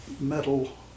metal